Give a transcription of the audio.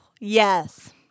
yes